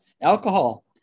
Alcohol